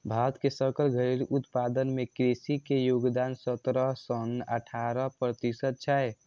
भारत के सकल घरेलू उत्पादन मे कृषि के योगदान सतरह सं अठारह प्रतिशत छै